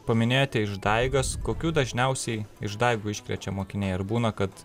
paminėjote išdaigas kokių dažniausiai išdaigų iškrečia mokiniai ar būna kad